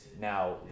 now